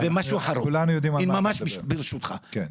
וברשותך,